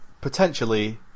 potentially